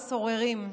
הסוררים.